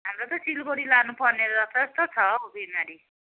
हाम्रो त सिलगढी लानुपर्ने रहेछ जस्तो छ हो बिमारी